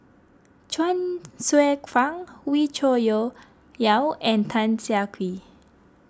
Chuang Hsueh Fang Wee Cho Yaw and Tan Siah Kwee